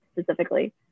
specifically